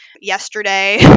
yesterday